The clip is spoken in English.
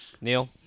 Neil